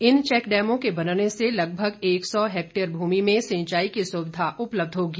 इन check dam के बनने से लगभग एक सौ हैक्टेयर भूमि में सिंचाई की सुविधा उपलब्ध होगी